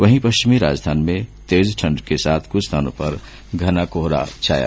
वहीं पश्चिमी राजस्थान में तेज ठण्ड के साथ कुछ स्थानों पर घना कोहरा छाया रहेगा